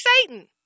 Satan